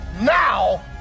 now